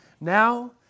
Now